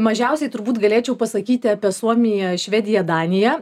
mažiausiai turbūt galėčiau pasakyti apie suomiją švediją daniją